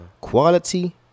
quality